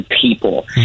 people